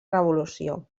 revolució